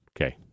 Okay